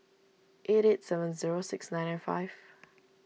eight eight seven zero six nine nine five